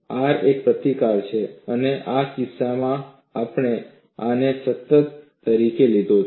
R એક પ્રતિકાર છે અને આ કિસ્સામાં આપણે આને સતત તરીકે લીધો છે